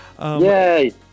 Yay